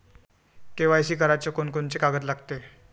KYC कराच कोनचे कोनचे कागद लागते?